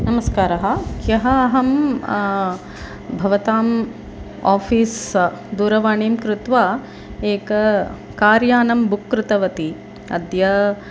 नमस्कारः ह्यः अहं भवताम् आफ़ीस् दूरवाणीं कृत्वा एकं कार्यानं बुक् कृतवती अद्य